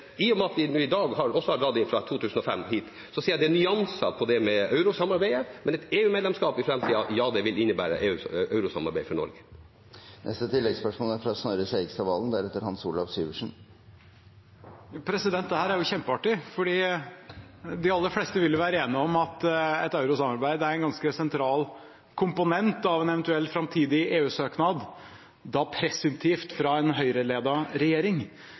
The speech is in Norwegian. med eurosamarbeidet, men et EU-medlemskap i framtiden: Ja, det vil innebære et eurosamarbeid for Norge. Snorre Serigstad Valen – til oppfølgingsspørsmål. Dette er jo kjempeartig. For de aller fleste vil jo være enige om at et eurosamarbeid er en ganske sentral komponent av en eventuell framtidig EU-søknad – da presumptivt fra en Høyre-ledet regjering.